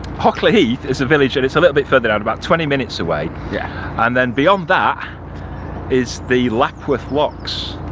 hockley heath is a village, and it's a little bit further down about twenty minutes away yeah and then beyond that is the lapworth locks.